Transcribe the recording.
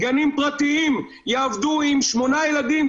גנים פרטיים יעבדו עם 8 ילדים,